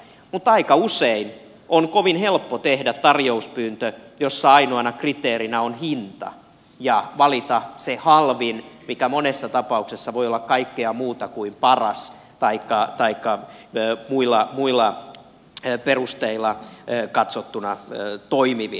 mutta aika usein on kovin helppo tehdä tarjouspyyntö jossa ainoana kriteerinä on hinta ja valita se halvin mikä monessa tapauksessa voi olla kaikkea muuta kuin paras taikka muilla perusteilla katsottuna toimivin